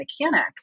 mechanic